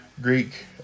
Greek